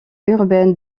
urbaine